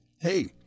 Hey